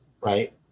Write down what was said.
right